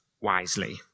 wisely